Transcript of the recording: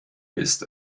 ist